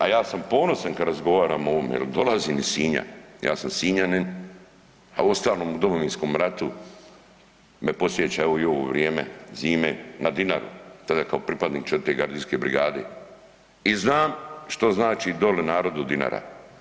A ja sam ponosan kad razgovaramo o ovome jer dolazim iz Sinja, ja sam Sinjanin a ostalom Domovinskom ratu me podsjeća evo i ovo vrijeme zime na Dinari, kao pripadnik IV. gardijske brigade i znam što znači doli narodu Dinara.